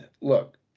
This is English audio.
look